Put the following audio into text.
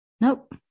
Nope